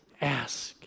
ask